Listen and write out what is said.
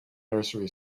nursery